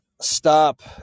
stop